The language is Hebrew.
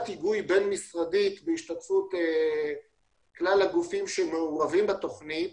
היגוי בין משרדית בהשתתפות כלל הגופים שמעורבים בתכנית